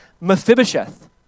Mephibosheth